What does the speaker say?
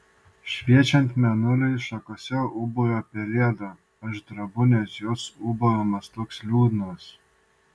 šviečiant mėnuliui šakose ūbauja pelėda aš drebu nes jos ūbavimas toks liūdnas